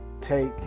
take